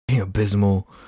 abysmal